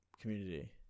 community